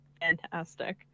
fantastic